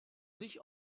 sich